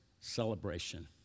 celebration